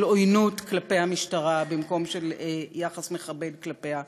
של עוינות כלפי המשטרה במקום של יחס מכבד כלפיה,